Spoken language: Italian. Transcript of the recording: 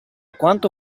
quanto